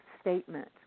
statement